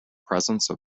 presence